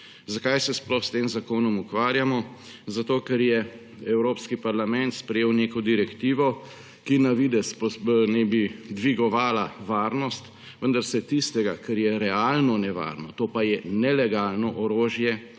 Zakaj se sploh s tem zakonom ukvarjamo? Zato ker je Evropski parlament sprejel neko direktivo, ki naj bi na videz dvigovala varnost, vendar se tistega, kar je realno nevarno, to pa je nelegalno orožje,